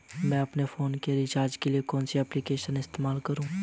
मैं अपने फोन के रिचार्ज के लिए कौन सी एप्लिकेशन इस्तेमाल करूँ?